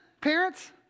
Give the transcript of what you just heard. parents